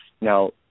Now